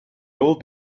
old